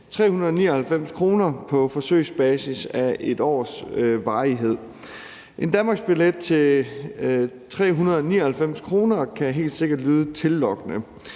399 kr. på forsøgsbasis af 1 års varighed. En danmarksbillet til 399 kr. kan helt sikkert lyde tillokkende,